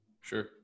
Sure